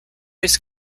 his